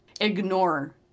ignore